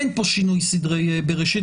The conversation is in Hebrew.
אין פה שינוי סדרי בראשית,